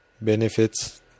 benefits